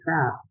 crap